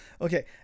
Okay